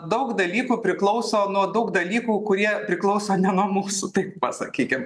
daug dalykų priklauso nuo daug dalykų kurie priklauso ne nuo mūsų taip pasakykim